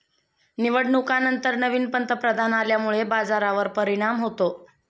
निवडणुकांनंतर नवीन पंतप्रधान आल्यामुळे बाजारावर परिणाम होतो